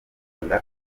wenda